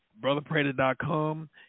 brotherprater.com